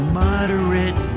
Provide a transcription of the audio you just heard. moderate